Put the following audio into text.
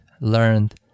learned